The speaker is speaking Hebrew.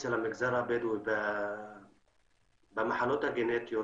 לצערי המודעות אצל המגזר הבדואי למחלות הגנטיות